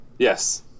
Yes